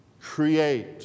create